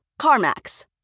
CarMax